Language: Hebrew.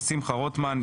שמחה רוטמן,